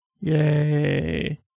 Yay